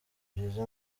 byiza